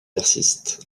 persiste